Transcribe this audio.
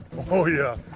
oh, yeah.